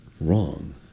wrong